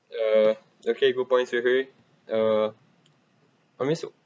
uh okay good points uh let me s~